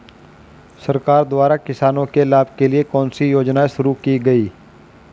सरकार द्वारा किसानों के लाभ के लिए कौन सी योजनाएँ शुरू की गईं?